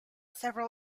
several